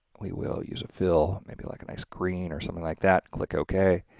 we will use a fill maybe like a nice green or something like that click ok,